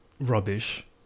rubbish